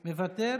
מוותר.